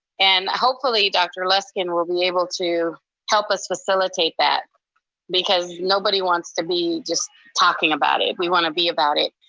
and hopefully, dr. luskin, will we able to help us facilitate that because nobody wants to be just talking about it. we want to be about it.